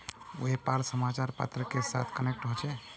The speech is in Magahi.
व्यापार समाचार पत्र के साथ कनेक्ट होचे?